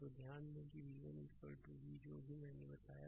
slide समय देखें 1308 तो ध्यान दें कि v1 v जो मैंने भी बताया था